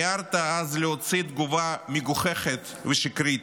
מיהרת אז להוציא תגובה מגוחכת ושקרית,